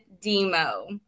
Demo